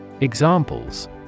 Examples